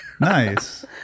Nice